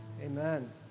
Amen